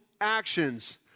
actions